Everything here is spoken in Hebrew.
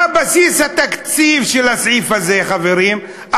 מה בסיס התקציב של הסעיף הזה, חברים?